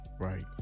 Right